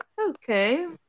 Okay